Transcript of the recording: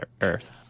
earth